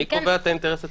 מי קובע את האינטרס הציבורי?